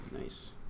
Nice